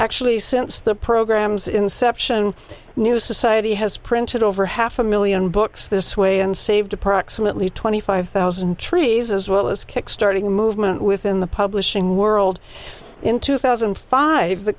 actually since the program's inception new society has printed over half a million books this way and saved approximately twenty five thousand trees as well as kickstarting movement within the publishing world in two thousand and five